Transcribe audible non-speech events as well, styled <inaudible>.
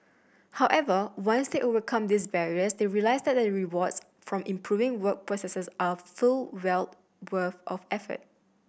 however once they overcome these barriers they realise that the rewards from improving work processes are full well worth of <unintelligible>